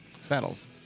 saddles